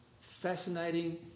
fascinating